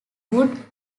wood